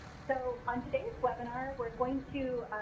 so, on today's webinar, we're going to